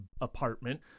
apartment